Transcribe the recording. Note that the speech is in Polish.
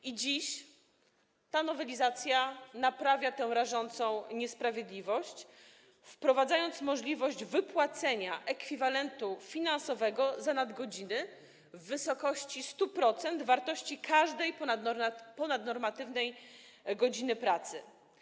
I dziś ta nowelizacja naprawia tę rażącą niesprawiedliwość, wprowadza możliwość wypłacenia ekwiwalentu finansowego za nadgodziny w wysokości 100% wartości każdej ponadnormatywnej godziny pracy.